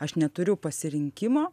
aš neturiu pasirinkimo